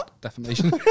Defamation